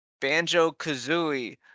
Banjo-Kazooie